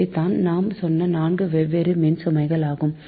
இவைதான் நாம் சொன்ன 4 வெவ்வேறு மின்சுமைகள் ஆகும்